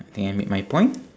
think I made my point